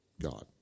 God